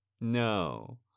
No